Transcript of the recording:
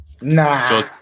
Nah